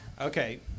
Okay